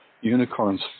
unicorns